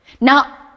Now